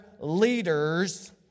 leaders